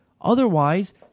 Otherwise